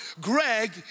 Greg